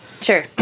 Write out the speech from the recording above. Sure